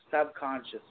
Subconscious